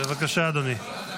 בבקשה, אדוני.